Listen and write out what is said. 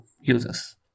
users